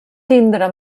tindre